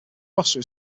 roster